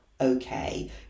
okay